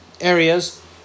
areas